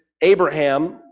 Abraham